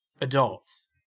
adults